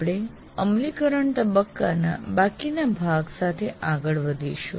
આપણે અમલીકરણ તબક્કાના બાકીના ભાગ સાથે આગળ વધીશું